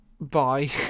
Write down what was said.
bye